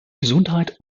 gesundheit